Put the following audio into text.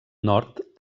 nord